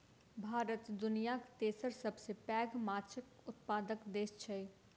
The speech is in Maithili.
भारत दुनियाक तेसर सबसे पैघ माछक उत्पादक देस छै